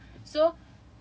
ya so